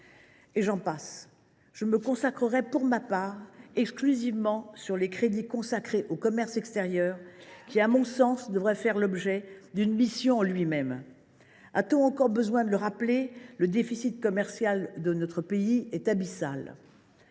et j’en passe. Je me concentrerai pour ma part exclusivement sur les crédits consacrés au commerce extérieur, domaine qui devrait à mon sens faire l’objet d’une mission en elle même. A t on encore besoin de le rappeler ? Le déficit commercial de notre pays est abyssal.